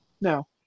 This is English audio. No